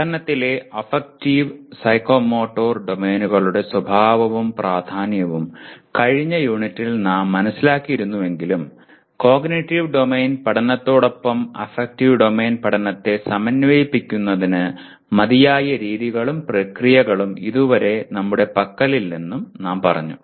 പഠനത്തിലെ affective psychomotor ഡൊമെയ്നുകളുടെ സ്വഭാവവും പ്രാധാന്യവും കഴിഞ്ഞ യൂണിറ്റിൽ നാം മനസിലാക്കിയിരുന്നുവെങ്കിലും കോഗ്നിറ്റീവ് ഡൊമെയ്ൻ പഠനത്തോടൊപ്പം അഫക്ടീവ് ഡൊമെയ്ൻ പഠനത്തെ സമന്വയിപ്പിക്കുന്നതിന് മതിയായ രീതികളും പ്രക്രിയകളും ഇതുവരെ നമ്മുടെ പക്കലില്ലെന്നും നാം പറഞ്ഞു